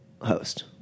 Host